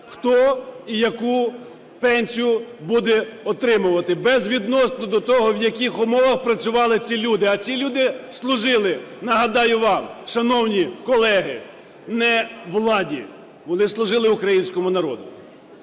хто і яку пенсію буде отримувати, безвідносно до того в яких умовах працювали ці люди. А ці люди служили, нагадаю вам, шановні колеги, не владі, вони служили українському народу.